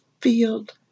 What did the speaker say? field